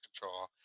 control